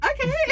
okay